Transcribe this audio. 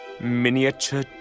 Miniature